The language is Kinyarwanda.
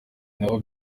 naho